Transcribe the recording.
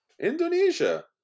Indonesia